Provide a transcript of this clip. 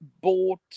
bought